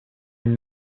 une